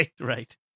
Right